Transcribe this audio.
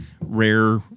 Rare